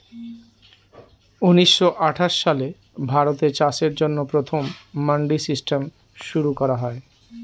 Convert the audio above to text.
উনিশশো আঠাশ সালে ভারতে চাষের জন্য প্রথম মান্ডি সিস্টেম শুরু করা হয়